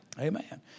Amen